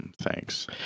Thanks